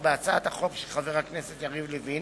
בהצעת החוק של חבר הכנסת יריב לוין